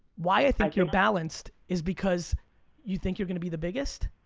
why i think you're balanced is because you think you're gonna be the biggest,